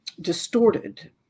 distorted